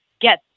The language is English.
get